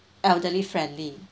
elderly friendly